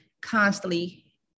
constantly